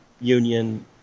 Union